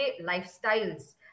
lifestyles